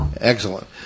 Excellent